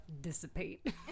dissipate